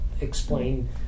explain